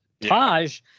Taj